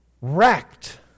wrecked